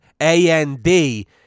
A-N-D